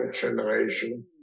generation